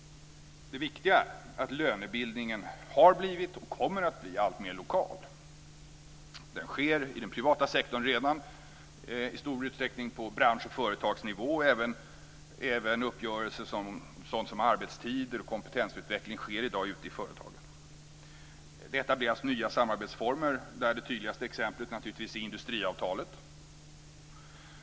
Det viktiga är att lönebildningen har blivit och kommer att bli alltmer lokal. I den privata sektorn sker den redan i stor utsträckning på bransch och företagsnivå. Även uppgörelser om sådana saker som arbetstider och kompetensutveckling sker i dag ute i företagen. Detta leder alltså till nya samarbetsformer där det tydligaste exemplet naturligtvis är industriavtalet.